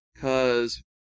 Cause